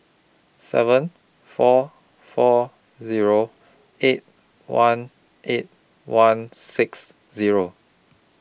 seven four four Zero eight one eight one six Zero